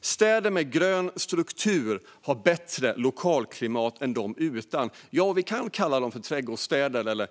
Städer med grön struktur har bättre lokalklimat än städer utan. Vi kan kalla dem trädgårdsstäder eller